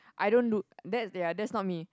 I don't look that's ya that's not me